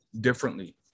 Differently